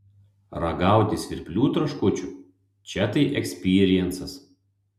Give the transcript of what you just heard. ragauti svirplių traškučių čia tai ekspyriencas